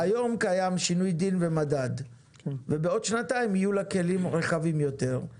היום קיים שינוי דין ומדד והעוד שנתיים יהיו לו כלים רחבים יותר.